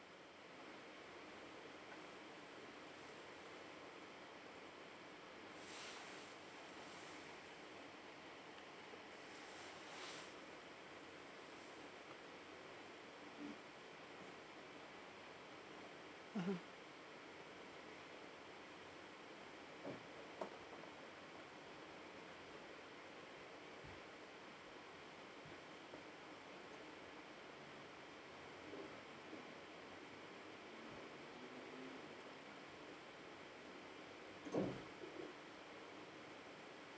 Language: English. mmhmm